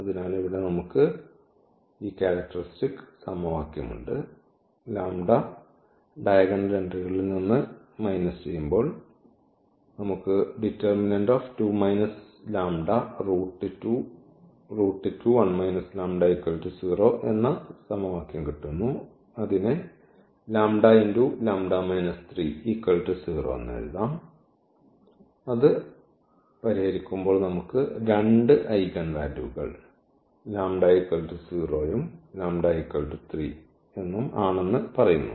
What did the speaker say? അതിനാൽ ഇവിടെ നമുക്ക് ഈ ക്യാരക്ടറിസ്റ്റിക് സമവാക്യം ഉണ്ട് അത് രണ്ട് ഐഗൺ വാല്യൂകൾ ആണെന്ന് പറയുന്നു